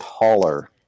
taller